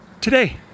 today